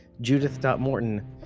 judith.morton